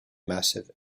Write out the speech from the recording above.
massif